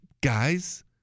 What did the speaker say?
guys